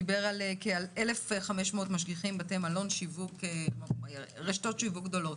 דיבר 1,500 משגיחים בתי מלון, רשתות שיווק גדולות,